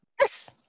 Yes